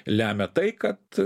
lemia tai kad